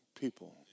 people